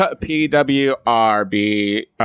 p-w-r-b